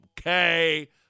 Okay